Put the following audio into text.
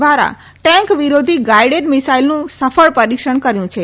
દ્વારા ટેન્ક વિરોધી ગાઈડેડ મિસાઈલનું સફળ પરીક્ષણ કર્યું છે